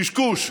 קשקוש.